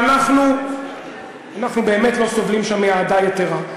ואנחנו באמת לא סובלים מאהדה יתרה שם.